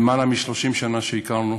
יותר מ-30 שנה הכרנו,